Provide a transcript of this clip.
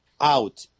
Out